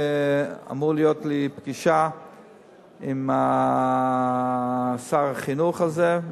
אמורה להיות לי גם פגישה עם שר החינוך על זה,